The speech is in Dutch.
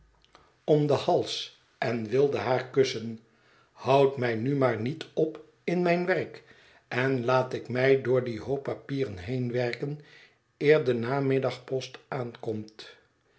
om den hals ên wilde haar kussen houd mij nu maar niet op in mijn werk en laat ik mij door dien hoop papieren heenwerken eer de namiddagpost aankomt